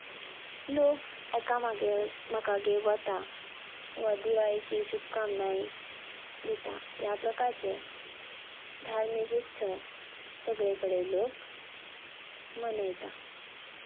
लोक एकामागेर एकामेकागेर वता व दिवाळेची शुबकामनाये दिता ह्या प्रकारचे धार्मीक उत्सव सगळे कडेन लोक मनयता